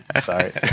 Sorry